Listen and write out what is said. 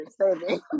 saving